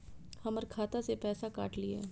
हमर खाता से पैसा काट लिए?